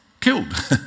killed